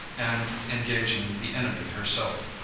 and engaging the enemy herself.